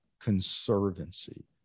conservancy